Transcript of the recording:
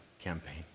campaign